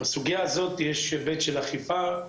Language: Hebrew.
בסוגיה הזאת יש היבט של אכיפה,